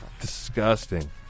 disgusting